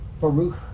Baruch